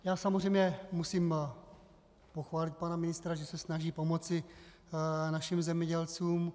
Já samozřejmě musím pochválit pana ministra, že se snaží pomoci našim zemědělcům.